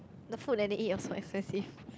the food that they eat are so expensive